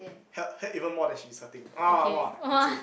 hurt hurt even more than she's hurting orh !wah! insane